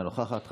אינה נוכחת.